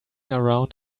around